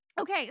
Okay